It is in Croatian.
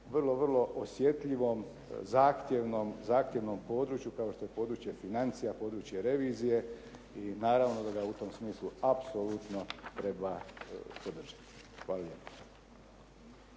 vrlo, vrlo osjetljivom zahtjevnom području kao što je područje financija, područje revizije i naravno da ga u tom smislu apsolutno treba podržati. Hvala